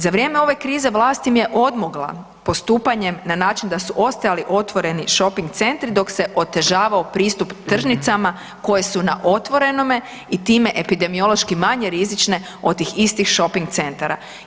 Za vrijeme ove krize vlast im je odmogla postupanje na način da su ostajali otvoreni shoping centri, dok se otežavao pristup tržnicama koje su na otvorenome i time epidemiološki manje rizične od tih istih shoping centara.